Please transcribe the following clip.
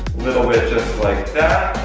little bit just like that.